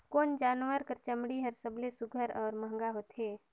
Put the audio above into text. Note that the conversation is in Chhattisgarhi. कोन जानवर कर चमड़ी हर सबले सुघ्घर और महंगा होथे?